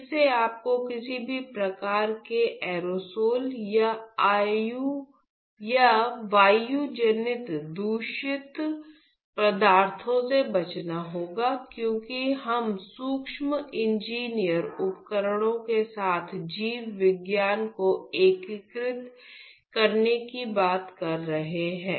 फिर से आपको किसी भी प्रकार के एरोसोल या वायुजनित दूषित पदार्थों से बचाना होगा क्योंकि हम सूक्ष्म इंजीनियर उपकरणों के साथ जीव विज्ञान को एकीकृत करने की बात कर रहे हैं